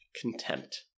Contempt